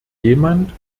jemand